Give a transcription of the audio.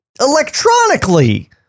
electronically